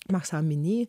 maksą minį